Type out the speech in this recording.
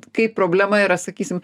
kai problema yra sakysim